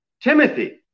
Timothy